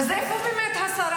אז איפה השרה